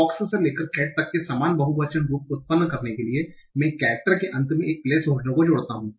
fox से लेकर cat तक के समान बहुवचन रूप उत्पन्न करने के लिए मैं कैरक्टर के अंत मे एक प्लेसहोल्डर को जोड़ता हूं